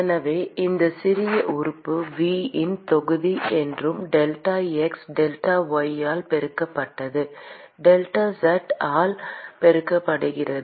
எனவே இந்த சிறிய உறுப்பு v இன் தொகுதி ஒன்றும் டெல்டா x டெல்டா y ஆல் பெருக்கப்பட்டது டெல்டா z ஆல் பெருக்கப்படுகிறது